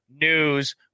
news